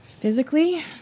Physically